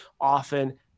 often